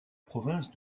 province